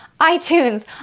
iTunes